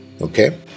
Okay